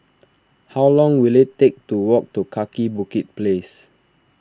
how long will it take to walk to Kaki Bukit Place